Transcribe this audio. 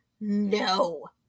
no